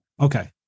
Okay